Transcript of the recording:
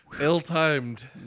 Ill-timed